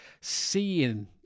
seeing